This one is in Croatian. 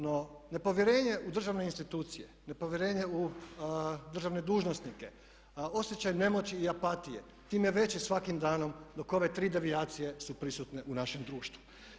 No, nepovjerenje u državne institucije, nepovjerenje u državne dužnosnike, osjećaj nemoći i apatije tim je veće svakim danom dok ove tri devijacije su prisutne u našem društvu.